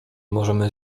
możemy